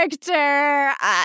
character